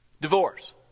Divorce